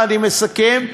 אני מסכם,